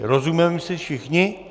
Rozumíme si všichni?